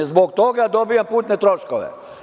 Zbog toga dobijam putne troškove.